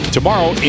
Tomorrow